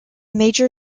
major